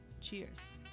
Cheers